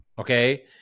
okay